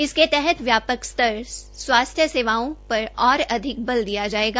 इसके तहत व्यापक स्तर स्वास्थ्य सेवाओं पर ओर अधिक बल दिया जाएगा